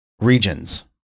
regions